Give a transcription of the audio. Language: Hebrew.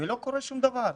ולא קורה שום דבר.